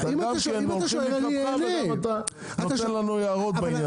גם הולכים לקראתך וגם אתה נותן לנו הערות בעניין